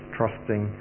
trusting